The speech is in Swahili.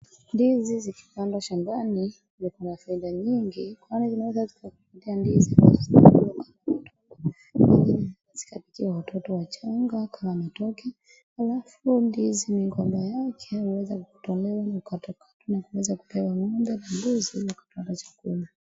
Ndizi zikipandwa shambani, huwa kuna faida nyingi kwani zinaweza zikakupatia ndizi unaweza uza. Pia zingine zinaweza zikapikiwa watoto wachanga kama mtoke. Halafu ndizi migomba yake huweza kutolewa na kukatakatwa na kuweza kupewa ng'ombe na mbuzi na kutumika kama chakula.